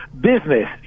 business